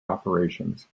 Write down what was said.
operations